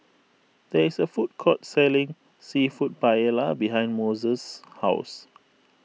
there is a food court selling Seafood Paella behind Moses' house